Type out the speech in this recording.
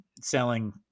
selling